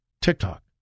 TikTok